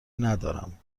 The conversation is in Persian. ندارم